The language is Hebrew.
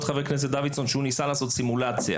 חבר הכנסת דוידסון כשהוא ביקש לעשות סימולציה.